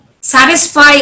satisfy